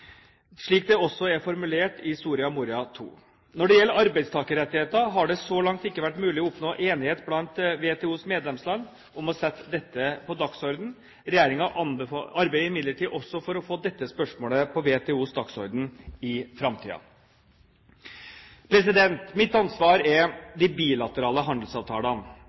slik det også er formulert i Soria Moria II. Når det gjelder arbeidstakerrettigheter, har det så langt ikke vært mulig å oppnå enighet blant WTOs medlemsland om å sette dette på dagsordenen. Regjeringen arbeider imidlertid også for å få dette spørsmålet på WTOs dagsorden i framtiden. Mitt ansvar er de bilaterale handelsavtalene.